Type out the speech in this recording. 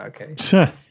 okay